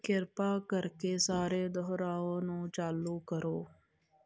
ਕਿਰਪਾ ਕਰਕੇ ਸਾਰੇ ਦੁਹਰਾਓ ਨੂੰ ਚਾਲੂ ਕਰੋ